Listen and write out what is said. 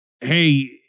hey